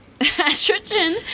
estrogen